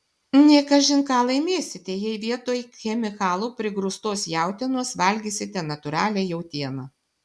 ne kažin ką laimėsite jei vietoj chemikalų prigrūstos jautienos valgysite natūralią jautieną